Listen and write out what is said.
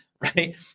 right